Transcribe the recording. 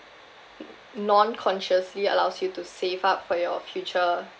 non consciously allows you to save up for your future